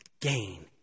gain